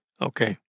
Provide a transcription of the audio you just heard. Okay